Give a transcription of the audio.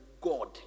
God